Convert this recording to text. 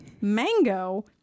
mango